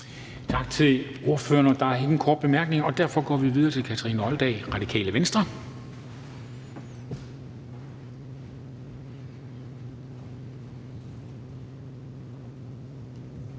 Tak til ordføreren. Der er ingen korte bemærkninger, og derfor går vi videre til Kathrine Olldag, Radikale Venstre.